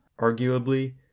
arguably